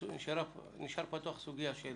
סוגיית